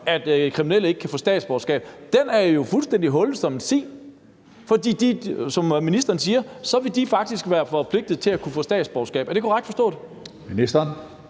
at kriminelle ikke kan få statsborgerskab – jo fuldstændig hullet som en si, for som ministeren siger, vil vi faktisk være forpligtet til at give dem statsborgerskab. Er det korrekt forstået? Kl.